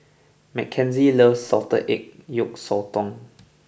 Mckenzie loves Salted Egg Yolk Sotong